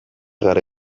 gara